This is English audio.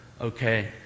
Okay